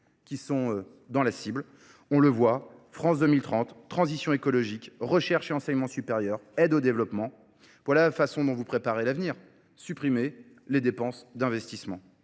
qui sont dans la cible. On le voit, France 2030, transition écologique, recherche et enseignement supérieur, aide au développement. Voilà la façon dont vous préparez l'avenir. Supprimer les dépenses d'investissement.